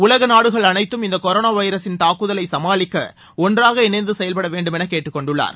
உலக நாடுகள் அனைத்தும் இந்த கொரோனா வைரஸின் தாக்குதலை சமாளிக்க ஒன்றாக இணைந்து செயல்பட வேண்டும் என்று கேட்டுக்கொண்டுள்ளார்